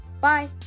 Bye